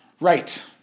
Right